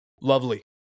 Lovely